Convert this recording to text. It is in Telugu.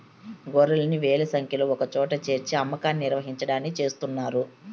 గొర్రెల్ని వేల సంఖ్యలో ఒకచోట చేర్చి అమ్మకాన్ని నిర్వహించడాన్ని చేస్తున్నారు